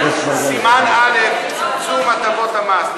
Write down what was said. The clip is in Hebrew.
סימן א' צמצום הטבות במס,